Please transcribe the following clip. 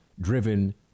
driven